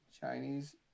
Chinese